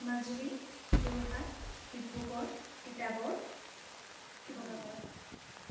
Majuli Jorhat Dibrugarh Titabar Sivasagar